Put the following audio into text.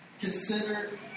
Consider